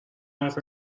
حرف